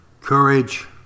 courage